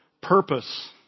purpose